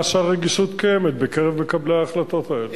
שהרגישות קיימת בקרב מקבלי ההחלטות האלה.